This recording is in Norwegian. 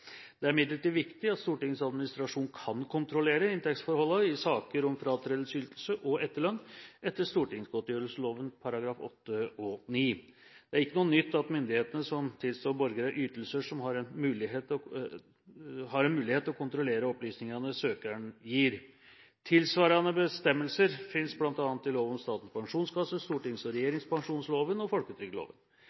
Det er imidlertid viktig at Stortingets administrasjon kan kontrollere inntektsforholdene i saker om fratredelsesytelse og etterlønn etter stortingsgodtgjørelsesloven §§ 8 og 9. Det er ikke noe nytt at myndigheter som tilstår borgere ytelser, har en mulighet til å kontrollere opplysningene søkeren gir. Tilsvarende bestemmelser finnes bl.a. i lov om Statens pensjonskasse, stortings- og regjeringspensjonsloven og folketrygdloven.